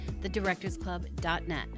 thedirectorsclub.net